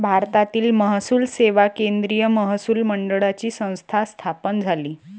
भारतीय महसूल सेवा केंद्रीय महसूल मंडळाची संस्था स्थापन झाली